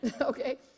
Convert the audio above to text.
Okay